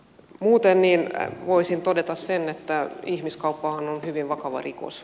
muuten voisin todeta sen että ihmiskauppahan on hyvin vakava rikos